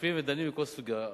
יושבים ודנים בכל סוגיה.